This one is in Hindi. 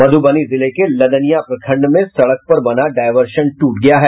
मधुबनी जिले के लदनिया प्रखंड में सड़क पर बना डायवर्सन दूट गया है